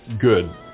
good